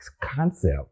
concept